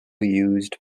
used